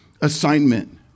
assignment